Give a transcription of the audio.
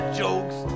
jokes